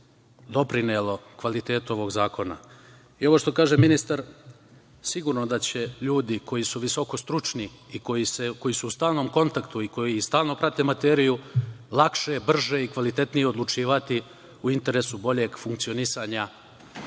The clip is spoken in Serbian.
doprinelo kvalitetu ovog zakona. I ovo što kaže ministar, sigurno je da će ljudi koji su visoko stručni i koji su u stalnom kontaktu i koji stalno prate materiju, lakše, brže i kvalitetnije odlučivati, u interesu boljeg funkcionisanja